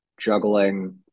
juggling